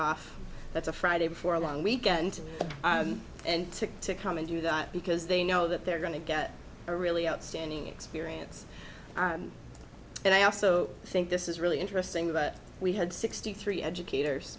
off that's a friday before a long weekend and to to come and do that because they know that they're going to get a really outstanding experience and i also think this is really interesting but we had sixty three educators